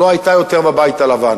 ולא היתה יותר בבית הלבן.